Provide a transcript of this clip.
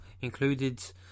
included